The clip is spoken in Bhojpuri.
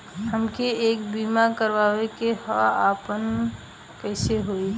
हमके एक बीमा करावे के ह आपन कईसे होई?